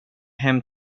hem